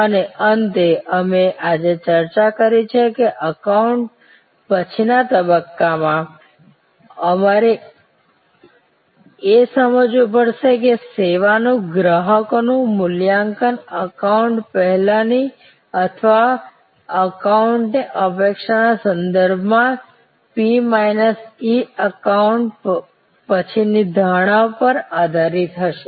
અને અંતે અમે આજે ચર્ચા કરી છે કે એન્કાઉન્ટર પછીના તબક્કામાં અમારે એ સમજવું પડશે કે સેવાનું ગ્રાહકોનું મૂલ્યાંકન એન્કાઉન્ટર પહેલાંની અથવા એન્કાઉન્ટરની અપેક્ષાના સંદર્ભમાં P માઈનસ E એન્કાઉન્ટર પછીની ધારણા પર આધારિત હશે